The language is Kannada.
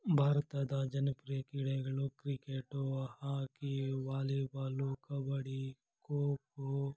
ಭಾರತದ ಜನಪ್ರಿಯ ಕ್ರೀಡೆಗಳು cricket hockey volleyball kabaddi kho kho